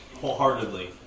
wholeheartedly